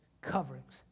coverings